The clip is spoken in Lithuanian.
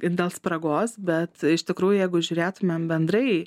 ir dėl spragos bet iš tikrųjų jeigu žiūrėtumėm bendrai